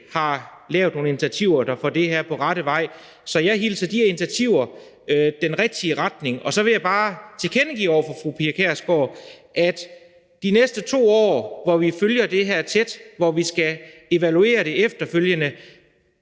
ikke lavede nogen initiativer, der fik det her på rette vej, så jeg hilser de her initiativer velkommen. Så vil jeg bare tilkendegive over for fru Pia Kjærsgaard, at de næste 2 år, hvor vi følger det her tæt, hvorefter det skal evalueres, skal vi holde